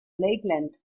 lakeland